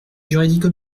juridique